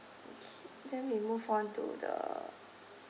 okay then we move on to the